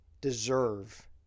deserve